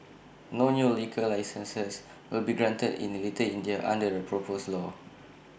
no new liquor licences will be granted in the little India under the proposed law